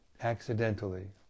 accidentally